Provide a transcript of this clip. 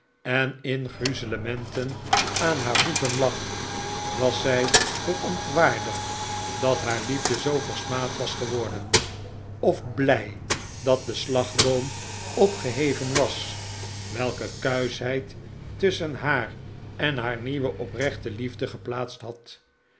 en in gruizelementen aan haar voeten lag was zij verontwaardigd dat haar liefde zoo versmaad was geworden of blij dat de slagboom opgeheven was welken kuischheid tusschen haar en haar nieuwe oprechte liefde geplaatst had